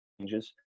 changes